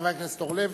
חבר הכנסת אורלב,